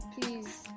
please